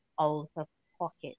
out-of-pocket